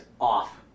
off